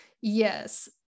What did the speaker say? Yes